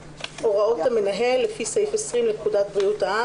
"הוראות המנהל" לפי סעיף 20 לפקודת בריאות העם,